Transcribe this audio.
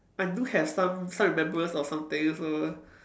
I do have some some remembrance of something so